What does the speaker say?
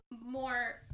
more